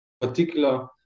particular